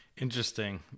Interesting